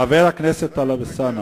חבר הכנסת טלב אלסאנע,